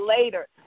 later